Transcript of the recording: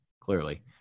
clearly